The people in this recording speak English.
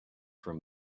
from